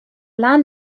land